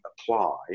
apply